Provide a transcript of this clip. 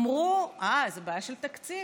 יאמרו: אה, זאת בעיה של תקציב.